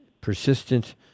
persistent